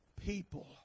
people